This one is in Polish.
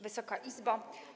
Wysoka Izbo!